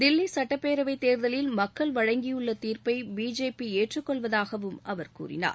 தில்லி சட்டப்பேரவை தேர்தலில் மக்கள் வழங்கியுள்ள தீர்ப்பை பி ஜே பி ஏற்றுக் கொள்வதாகவும் அவர் கூறினார்